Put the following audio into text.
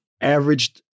Averaged